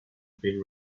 been